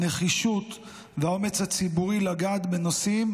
על הנחישות ועל האומץ הציבורי לגעת בנושאים